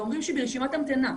ואומרים שהיא ברשימת המתנה,